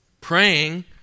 Praying